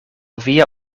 via